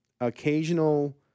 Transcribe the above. occasional